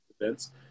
events